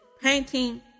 painting